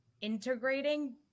integrating